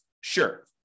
Sure